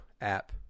app